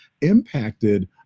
impacted